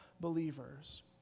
believers